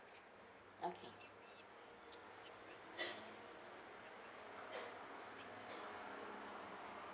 okay